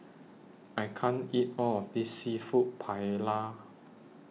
I can't eat All of This Seafood Paella